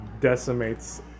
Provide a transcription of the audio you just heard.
decimates